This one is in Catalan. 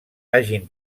hagin